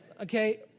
Okay